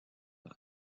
ans